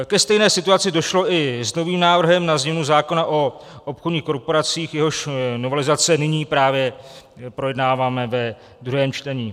Ke stejné situaci došlo i s novým návrhem na změnu zákona o obchodních korporacích, jehož novelizaci nyní právě projednáváme ve druhém čtení.